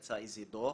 יצא איזה דוח,